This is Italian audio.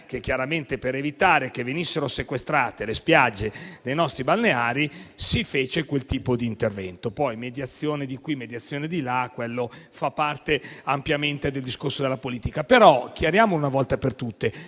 Garavaglia e, per evitare che venissero sequestrate le spiagge dei nostri balneari, si fece quel tipo di intervento. Poi le mediazioni fanno parte ampiamente del discorso della politica. Però chiariamo una volta per tutte